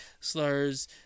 slurs